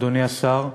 אדוני השר,